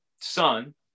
son